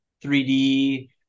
3D